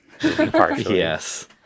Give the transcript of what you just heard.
Yes